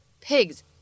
pigs